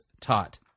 taught